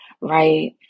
right